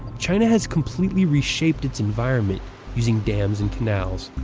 china has completely reshaped its environment using dams and canals,